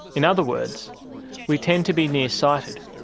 in other words we tend to be near-sighted.